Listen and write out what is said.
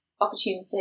opportunity